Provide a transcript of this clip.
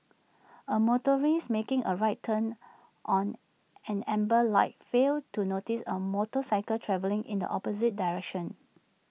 A motorist making A right turn on an amber light failed to notice A motorcycle travelling in the opposite direction